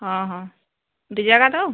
ହଁ ହଁ ଦୁଇ ଜାଗା ତ